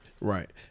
right